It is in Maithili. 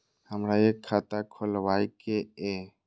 हमरा एक खाता खोलाबई के ये?